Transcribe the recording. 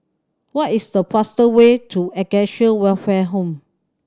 what is the fastest way to Acacia Welfare Home